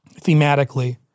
thematically